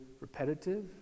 repetitive